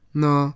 no